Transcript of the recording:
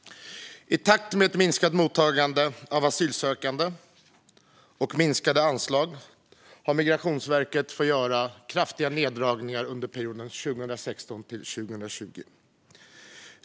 I takt med ett minskat mottagande av asylsökande och minskade anslag har Migrationsverket fått göra kraftiga neddragningar under perioden 2016-2020.